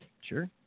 sure